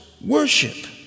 worship